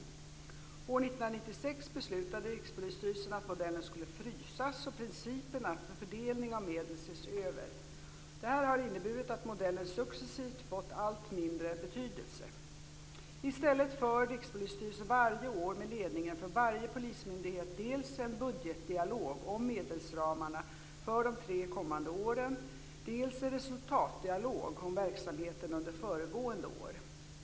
År 1996 beslutade Rikspolisstyrelsen att modellen skulle frysas och principerna för fördelning av medel ses över. Detta har inneburit att modellen successivt fått allt mindre betydelse. I stället för Rikspolisstyrelsen varje år med ledningen för varje polismyndighet dels en budgetdialog om medelsramarna för de tre kommande åren, dels en resultatdialog om verksamheten under föregående år.